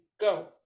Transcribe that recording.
go